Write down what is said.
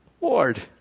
Lord